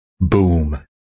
Boom